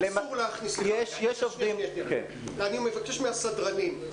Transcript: --- אני מבקש מהסדרנים,